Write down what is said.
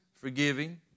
forgiving